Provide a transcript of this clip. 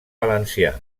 valencià